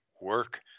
work